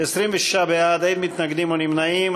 26 בעד, אין מתנגדים ואין נמנעים.